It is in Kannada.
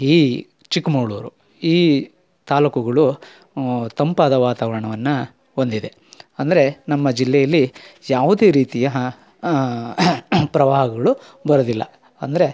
ಈ ಚಿಕ್ಕಮಗ್ಳೂರು ಈ ತಾಲೂಕುಗಳು ತಂಪಾದ ವಾತಾವರಣವನ್ನು ಹೊಂದಿದೆ ಅಂದರೆ ನಮ್ಮ ಜಿಲ್ಲೆಯಲ್ಲಿ ಯಾವುದೇ ರೀತಿಯ ಪ್ರವಾಹಗಳು ಬರೊದಿಲ್ಲ ಅಂದರೆ